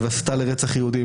הסתה לרצח יהודים.